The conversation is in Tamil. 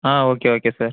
ah okay okay sir